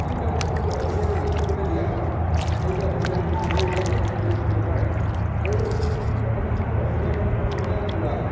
কিন্তু তেওঁলোকক যদি অসমীয়াটো লিখিবলৈ দিয়া হয় তেওঁলোকে অসমীয়াটো শুদ্ধ ৰূপত অসমীয়াটো লিখিব নোৱাৰে আৰু বৰ্তমান সময়ত অসমীয়া মানুহ অসমীয়া কোৱা